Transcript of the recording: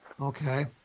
Okay